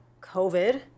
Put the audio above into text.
COVID